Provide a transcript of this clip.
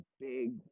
big